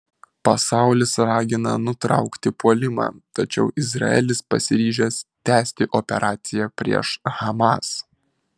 pasaulis ragina nutraukti puolimą tačiau izraelis pasiryžęs tęsti operaciją prieš hamas